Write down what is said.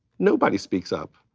nobody speaks up,